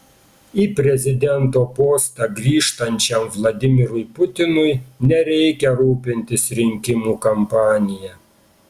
į prezidento postą grįžtančiam vladimirui putinui nereikia rūpintis rinkimų kampanija